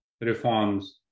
reforms